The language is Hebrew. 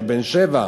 הוא בן שבע,